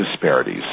Disparities